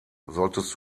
solltest